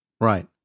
Right